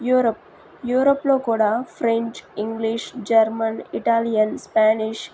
Europe యూరప్లో కూడా French English German Italian Spanish